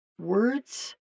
words